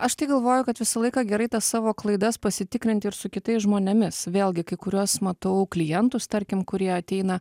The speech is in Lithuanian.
aš tai galvoju kad visą laiką gerai tas savo klaidas pasitikrinti ir su kitais žmonėmis vėlgi kai kuriuos matau klientus tarkim kurie ateina